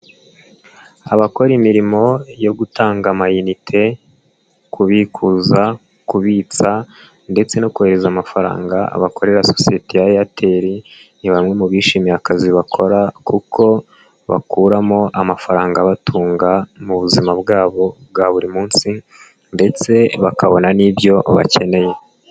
Abakora imirimo yo gutanga mayinite, kubikuza, kubitsa ndetse no kohereza amafaranga abakorera sosiyete ya Airtel ni bamwe mu bishimiye akazi bakora kuko bakuramo amafaranga abatunga mu buzima bwabo bwa buri munsi ndetse bakabona n'ibyo bakeneye.